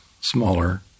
smaller